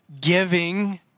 giving